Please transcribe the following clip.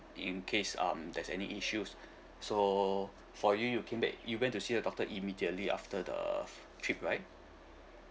in case um there's any issues so for you you came back you went to see a doctor immediately after the trip right